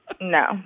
No